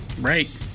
Right